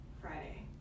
Friday